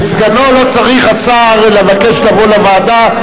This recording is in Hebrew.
את סגנו לא צריך השר לבקש לבוא לוועדה.